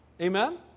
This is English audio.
Amen